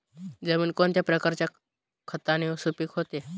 जमीन कोणत्या प्रकारच्या खताने सुपिक होते?